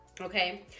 Okay